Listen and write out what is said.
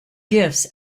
gifts